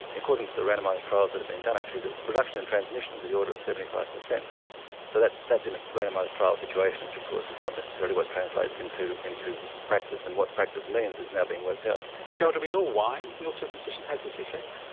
according to the randomised trials that have been done actually the reduction of and transmission is in the order of seventy five percent so that's that's in a randomised trial situation which of course is not necessarily what translates into into practice. and what practice means is now being worked out. michel do we know why male circumcision has this effect?